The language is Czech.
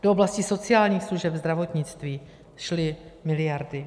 Do oblasti sociálních služeb, zdravotnictví šly miliardy.